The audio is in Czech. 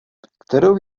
kterou